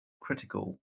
critical